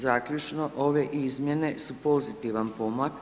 Zaključno, ove izmjene su pozitivan pomak.